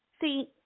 See